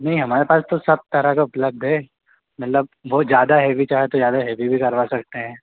नहीं हमारे पास तो सब तरह का उपलब्ध है मतलब बहुत ज़्यादा हैवी चाहे तो ज़्यादा हैवी भी करवा सकते हैं